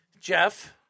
Jeff